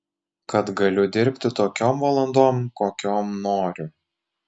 kad galiu dirbti tokiom valandom kokiom noriu